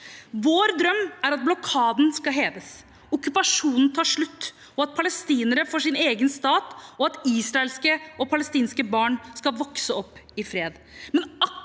Vår drøm er at blokaden skal heves, at okkupasjonen tar slutt, at palestinere får sin egen stat, og at israelske og palestinske barn skal vokse opp i fred.